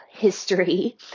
history